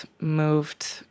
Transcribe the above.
moved